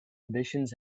ambitions